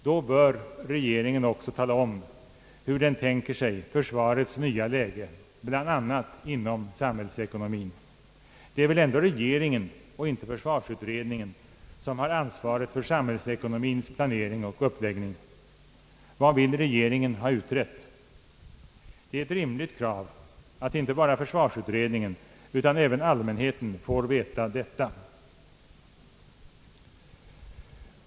Då bör regeringen också tala om hur den tänker sig försvarets nya läge bl.a. inom samhällsekonomien. Det är väl ändå regeringen och inte försvarsutredningen som har ansvaret för samhällsekonomiens planering och uppläggning. Vad vill regeringen ha utrett? Det är ett rimligt krav att inte bara försvarsutredningen utan även allmänheten får veta detta.